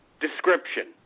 description